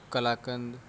kalakand